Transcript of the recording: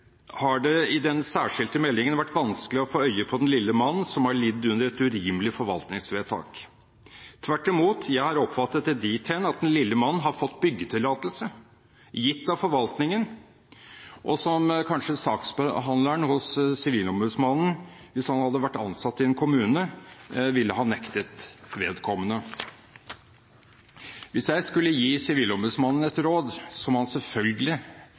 har det i den særskilte meldingen vært vanskelig å få øye på den lille mannen som har lidd under et urimelig forvaltningsvedtak. Tvert imot, jeg har oppfattet det dit hen at den lille mann har fått byggetillatelse gitt av forvaltningen, og som kanskje saksbehandleren hos Sivilombudsmannen hvis han hadde vært ansatt i en kommune, ville ha nektet vedkommende. Hvis jeg skulle gi Sivilombudsmannen et råd – som han selvfølgelig